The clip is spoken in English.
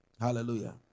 Hallelujah